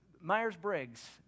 Myers-Briggs